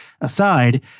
aside